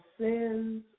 sins